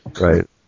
Right